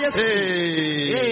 hey